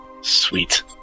Sweet